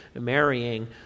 marrying